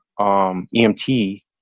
EMT